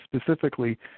specifically